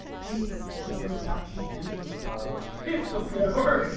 she she drinks out she empties her goblet. it's the freaking